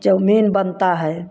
chowmein बनता है